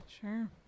Sure